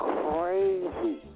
crazy